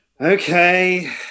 Okay